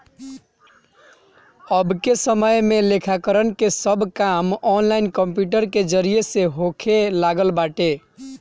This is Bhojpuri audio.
अबके समय में लेखाकरण के सब काम ऑनलाइन कंप्यूटर के जरिया से होखे लागल बाटे